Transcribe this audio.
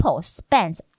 spends